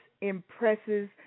impresses